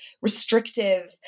restrictive